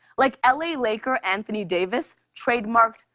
like l a. laker anthony davis trademarked,